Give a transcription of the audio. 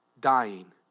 dying